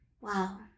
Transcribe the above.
wow